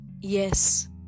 Yes